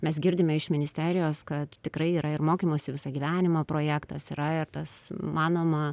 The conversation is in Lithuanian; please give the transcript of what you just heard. mes girdime iš ministerijos kad tikrai yra ir mokymosi visą gyvenimą projektas yra ir tas manoma